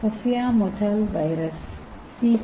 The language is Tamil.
cowpea mottle virus C